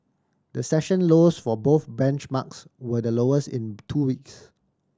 the session lows for both benchmarks were the lowest in two weeks